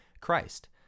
Christ